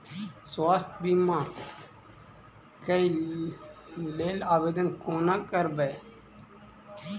स्वास्थ्य बीमा कऽ लेल आवेदन कोना करबै?